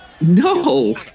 No